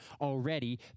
already